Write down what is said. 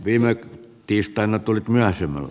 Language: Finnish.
viime tiistaina tulit myöhäisemmällä